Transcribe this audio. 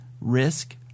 risk